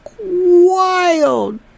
wild